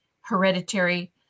hereditary